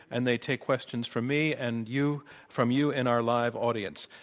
and they take questions from me and you from you in our live audience.